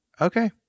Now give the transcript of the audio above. Okay